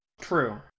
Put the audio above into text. True